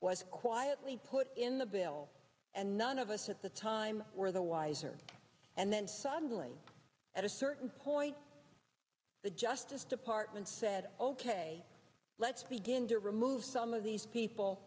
was quietly put in the bill and none of us at the time were the wiser and then suddenly at a certain point the justice department said ok let's begin to remove some of these people